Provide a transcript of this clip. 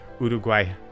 Uruguay